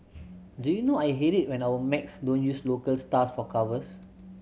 do you know I hate it when our mags don't use local stars for covers